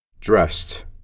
dressed